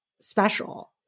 special